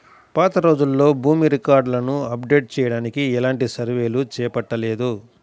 పాతరోజుల్లో భూమి రికార్డులను అప్డేట్ చెయ్యడానికి ఎలాంటి సర్వేలు చేపట్టలేదు